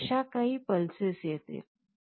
तर अशा काही पल्सेस येतील